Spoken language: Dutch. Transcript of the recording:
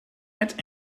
het